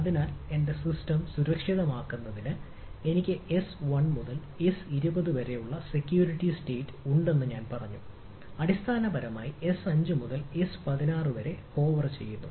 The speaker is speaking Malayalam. അതിനാൽ എന്റെ സിസ്റ്റം സുരക്ഷിതമാക്കുന്നതിന് എനിക്ക് എസ് 1 മുതൽ എസ് 20 വരെ സെക്യൂരിറ്റി സ്റ്റേറ്റ് ചെയ്യുന്നു